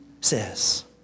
says